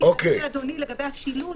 לגבי השילוט,